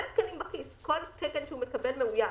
אין תקנים בכיס, כל תקן שהוא מקבל מאויש.